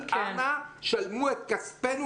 אנא שלמו את כספינו,